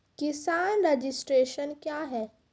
किसान रजिस्ट्रेशन क्या हैं?